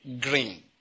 green